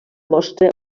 mostra